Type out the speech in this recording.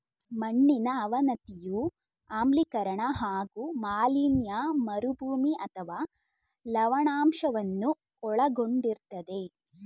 ಮಣ್ಣಿನ ಅವನತಿಯು ಆಮ್ಲೀಕರಣ ಹಾಗೂ ಮಾಲಿನ್ಯ ಮರುಭೂಮಿ ಅಥವಾ ಲವಣಾಂಶವನ್ನು ಒಳಗೊಂಡಿರ್ತದೆ